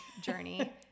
journey